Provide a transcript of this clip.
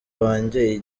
wanjye